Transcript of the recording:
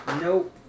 Nope